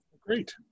Great